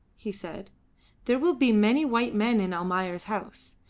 he said there will be many white men in almayer's house.